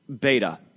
beta